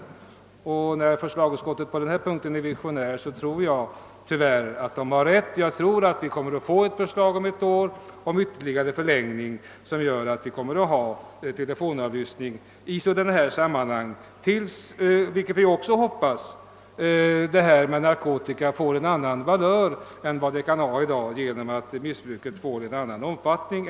När första lagutskottet på den här punkten är visionärt tror jag att utskottet har rätt. Om ett år kommer vi förmodligen att få förslag om ytterligare förlängning, vilket skulle medföra att vi kommer att ha telefonavlyssning i sådana här sammanhang tills — vilket vi också hoppas — hela narkotikafrågan får en annan valör än den har i dag genom att missbruket inte längre har samma omfattning.